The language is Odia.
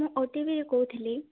ମୁଁ ଓ ଟିଭିରୁ କହୁଥିଲି